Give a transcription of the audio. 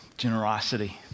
Generosity